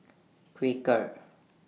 Quaker